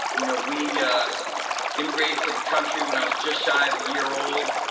you know we yeah immigrated to the country when i was just shy of a year old.